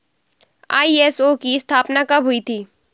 ISO की स्थापना कब हुई थी?